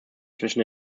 zwischen